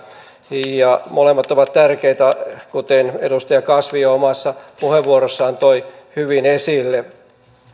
ja molemmat ovat tärkeitä kuten edustaja kasvi omassa puheenvuorossaan toi hyvin esille